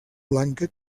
blanca